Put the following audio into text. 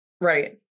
Right